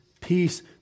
peace